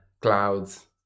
clouds